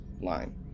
line